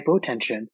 hypotension